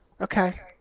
Okay